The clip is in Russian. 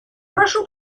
прошу